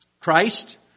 Christ